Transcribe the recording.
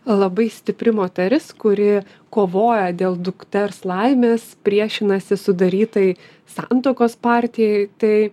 labai stipri moteris kuri kovoja dėl dukters laimės priešinasi sudarytai santuokos partijai tai